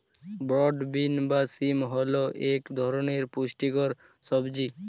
broad bean বা শিম হল এক ধরনের পুষ্টিকর সবজি